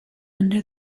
under